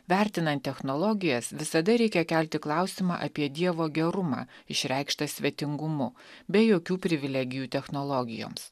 vertinant technologijas visada reikia kelti klausimą apie dievo gerumą išreikštą svetingumu be jokių privilegijų technologijoms